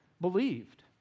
believed